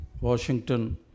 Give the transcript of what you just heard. Washington